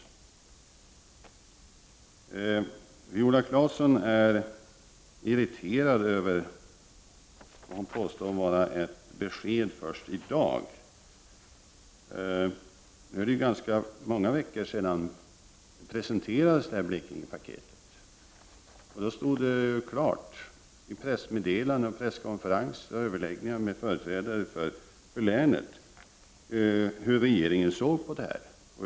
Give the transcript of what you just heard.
11 december 1989 Viola Claesson är irriterad över att hon, som hon påstår, får besked förstå CA dag. Det är ganska många veckor sedan som Blekingepaketet presenterades. Det stod klart i pressmeddelandet, presskonferensen och överläggningarna med företrädare för länet hur regeringen såg på frågan.